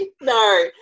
No